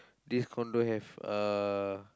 this condo have uh